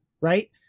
right